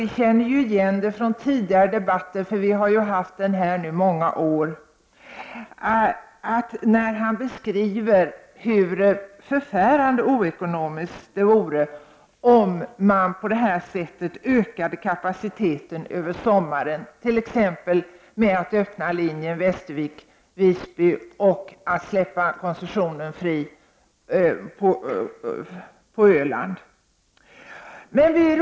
Vi känner igen det från tidigare debatter när Birger Rosqvist, mycket bestickande och övertygande, beskriver hur förfärande oekonomiskt det vore om man ökade kapaciteten över sommaren, t.ex. genom att öppna linjen Västervik— Visby och genom att släppa koncessionen fri för trafik mellan Öland och Gotland.